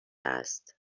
است